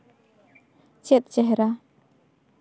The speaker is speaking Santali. ᱪᱮᱫ ᱪᱮᱦᱨᱟ